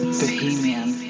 bohemian